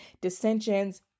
dissensions